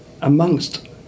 amongst